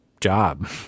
job